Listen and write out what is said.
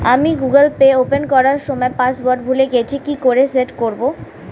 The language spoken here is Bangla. আমি গুগোল পে ওপেন করার সময় পাসওয়ার্ড ভুলে গেছি কি করে সেট করব?